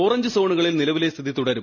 orange സോണുകളിൽ നിലവിലെ സ്ഥിതി തുടരും